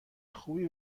خوبی